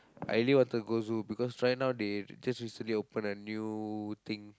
I really wanted to go zoo because right now they just recently opened a new thing